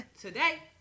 Today